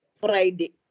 Friday